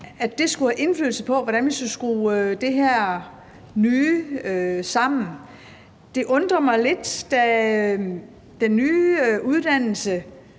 at det skulle have indflydelse på, hvordan vi skal skrue det her nye sammen. Det undrer mig lidt, da den nye uddannelse